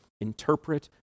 interpret